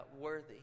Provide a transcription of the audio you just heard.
worthy